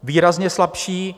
Výrazně slabší.